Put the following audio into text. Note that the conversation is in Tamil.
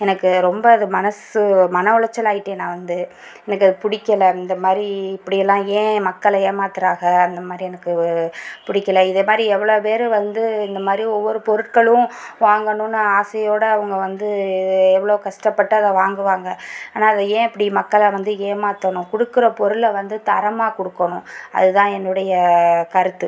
எனக்கு ரொம்ப அது மனசு மன உளைச்சல் ஆகிட்டேன் நான் வந்து எனக்கு அது பிடிக்கல இந்தமாதிரி இப்படியெல்லாம் ஏன் மக்கள ஏமாத்துறாக அந்தமாதிரி எனக்கு பிடிக்கல இதேமாதிரி எவ்வளோ பேர் வந்து இந்தமாதிரி ஒவ்வொரு பொருட்களும் வாங்கணும்னு ஆசையோடு அவங்க வந்து எவ்வளோ கஷ்டப்பட்டு அதை வாங்குவாங்க ஆனால் அதை ஏன் இப்படி மக்களை வந்து ஏமாற்றணும் கொடுக்குற பொருளை வந்து தரமாக கொடுக்கணும் அதுதான் என்னுடைய கருத்து